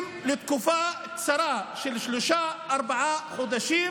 לתקופה קצרה של שלושה-ארבעה חודשים,